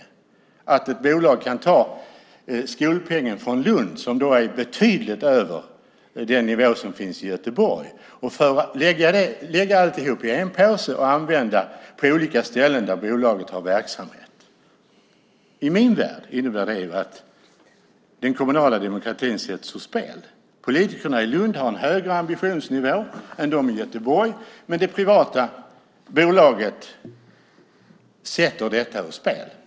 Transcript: Är det ett problem att ett bolag kan ta skolpengen från Lund, som är betydligt högre än den som finns i Göteborg, och lägga alltihop en påse och använda på olika ställen där bolaget har verksamhet? I min värld innebär det att den kommunala demokratin sätts ur spel. Politikerna i Lund har en högre ambitionsnivå än man har i Göteborg, men det privata bolaget sätter detta ur spel.